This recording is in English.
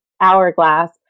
hourglass